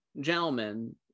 gentlemen